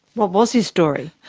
what was his story?